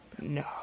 no